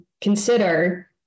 consider